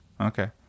Okay